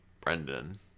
Brendan